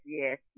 yes